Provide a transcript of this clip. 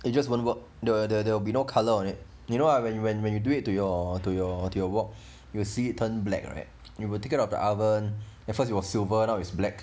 it just won't work the there will be no colour on it you know I when when when you do it to your to your to your wok you will see it turn black right you will take it out of the oven at first it was silver now is black